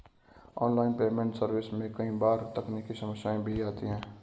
online payment service में कई बार तकनीकी समस्याएं भी आती है